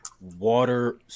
water